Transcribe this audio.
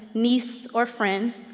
niece, or friend,